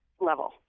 level